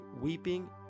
weeping